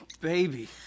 baby